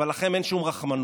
אבל לכם אין שום רחמנות.